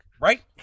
Right